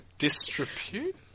Disrepute